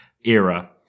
era